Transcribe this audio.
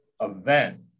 event